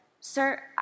Sir